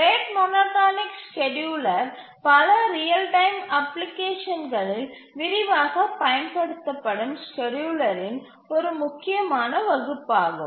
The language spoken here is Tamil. ரேட் மோனோடோனிக் ஸ்கேட்யூலர் பல ரியல் டைம் அப்ளிகேஷன்களில் விரிவாகப் பயன்படுத்தப்படும் ஸ்கேட்யூலரின் ஒரு முக்கியமான வகுப்பாகும்